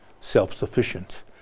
self-sufficient